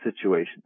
situations